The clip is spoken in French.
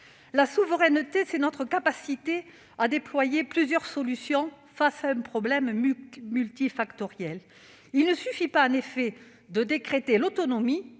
La souveraineté, c'est notre capacité à déployer plusieurs solutions face à un problème multifactoriel. Il ne suffit pas, en effet, de décréter l'autonomie